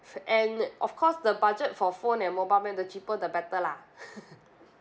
and of course the budget for phone and mobile plan the cheaper the better lah